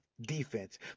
defense